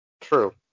True